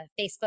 facebook